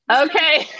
Okay